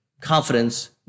Confidence